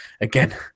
again